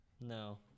No